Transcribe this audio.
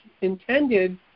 intended